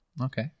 Okay